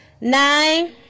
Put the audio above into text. nine